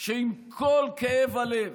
שעם כל כאב הלב,